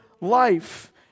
life